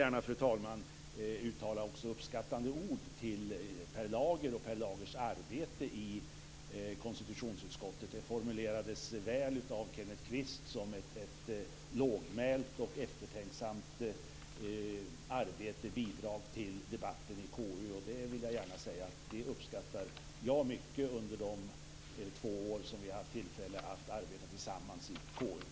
Sedan vill jag gärna uttala uppskattande ord till Per Lager och Per Lagers arbete i konstitutionsutskottet. Det formulerades väl av Kenneth Kvist. Det är ett lågmält och eftertänksamt arbete och bidrag till debatten i KU. Jag vill gärna säga att jag har uppskattat det mycket under de två år som vi haft tillfälle att arbeta tillsammans i KU.